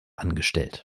angestellt